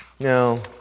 No